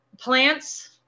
Plants